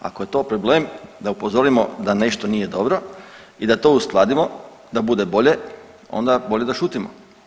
Ako je to problem da upozorimo da nešto nije dobro i da to uskladimo da bude bolje onda bolje da šutimo.